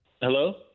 Hello